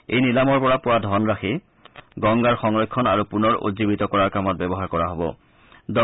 এই নিলামৰ পৰা পোৱা ধন ৰাশি গংগাৰ সংৰক্ষণ আৰু পুনৰ উজ্জীৱিত কৰাৰ কামত ব্যৱহাৰ কৰা হ'ব